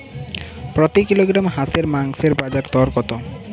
প্রতি কিলোগ্রাম হাঁসের মাংসের বাজার দর কত?